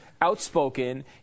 outspoken